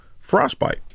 frostbite